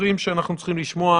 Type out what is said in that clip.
דוברים שאנחנו צריכים לשמוע.